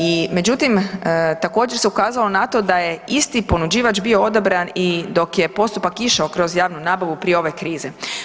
I međutim također se ukazalo na to da je isti ponuđivač bio odabran i dok je postupak išao kroz javnu nabavu prije ove krize.